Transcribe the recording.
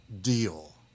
deal